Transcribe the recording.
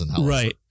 Right